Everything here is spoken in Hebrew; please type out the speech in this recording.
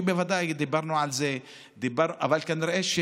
אבל יואב,